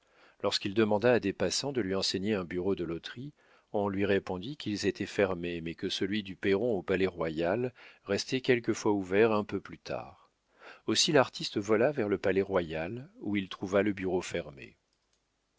lorsqu'il demanda à des passants de lui enseigner un bureau de loterie on lui répondit qu'ils étaient fermés mais que celui du perron au palais-royal restait quelquefois ouvert un peu plus tard aussitôt l'artiste vola vers le palais-royal où il trouva le bureau fermé